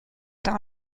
dans